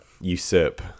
usurp